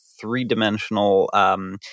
three-dimensional